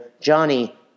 Johnny